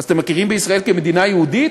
אז אתם מכירים בישראל כמדינה יהודית?